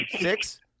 Six